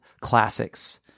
classics